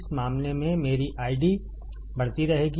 इस मामले में मेरी आईडी बढ़ती रहेगी